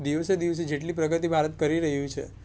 દિવસે દિવસે જેટલી પ્રગતિ ભારત કરી રહ્યું છે